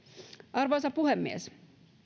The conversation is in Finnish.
arvoisa puhemies